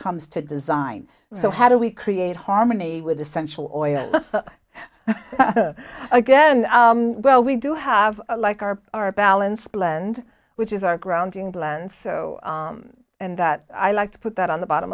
comes to design so how do we create harmony with essential oils again well we do have like our balance blend which is our ground england so that i like to put that on the bottom